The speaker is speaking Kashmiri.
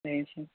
صحٔی چھُ